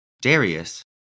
Darius